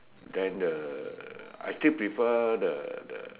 then the I still prefer the